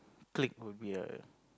clique would be err